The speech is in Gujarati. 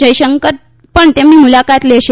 જયશંકર પણ તેમની મુલાકાત લેશે